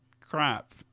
crap